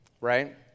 right